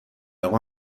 اقا